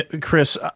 chris